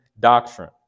doctrine